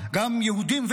גם יהודים,